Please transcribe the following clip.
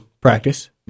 practice